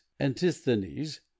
Antisthenes